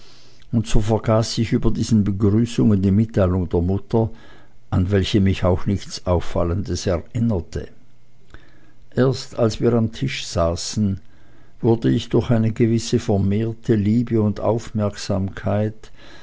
und so vergaß ich über diesen begrüßungen die mitteilung der mutter an welche mich auch nichts auffallendes erinnerte erst als wir am tische saßen wurde ich durch eine gewisse vermehrte liebe und aufmerksamkeit